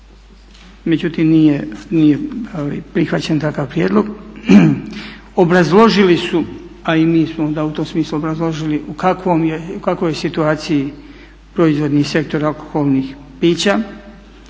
međutim nije prihvaćen takav prijedlog. Obrazložili su a i mi smo onda u tom smislu obrazložili u kakvoj je situaciji proizvodni sektor alkoholnih pića,